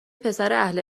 پسراهل